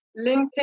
LinkedIn